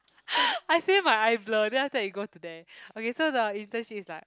I say my eye blur then after that it go to there okay so the internship is like